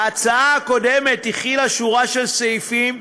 ההצעה הקודמת הכילה שורה של סעיפים,